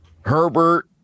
Herbert